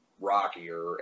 rockier